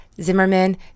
Zimmerman